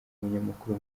umunyamakuru